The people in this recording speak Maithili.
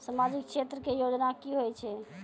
समाजिक क्षेत्र के योजना की होय छै?